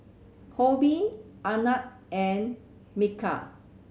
Homi Anand and Milkha